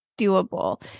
doable